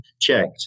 checked